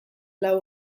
lau